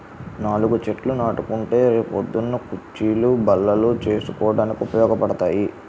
నాలుగు చెట్లు నాటుకుంటే రే పొద్దున్న కుచ్చీలు, బల్లలు చేసుకోడానికి ఉపయోగపడతాయి